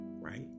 right